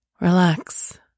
Relax